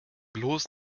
bloß